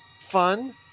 fun